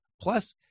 plus